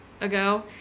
ago